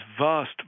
vast